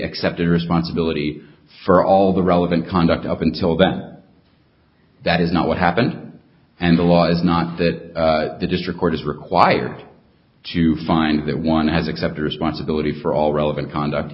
accepted responsibility for all the relevant conduct up until that that is not what happened and the law is not that the district court is required to find that one has accepted responsibility for all relevant conduct